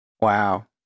Wow